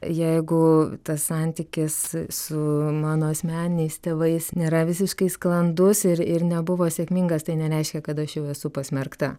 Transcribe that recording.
jeigu tas santykis su mano asmeniniais tėvais nėra visiškai sklandus ir ir nebuvo sėkmingas tai nereiškia kad aš jau esu pasmerkta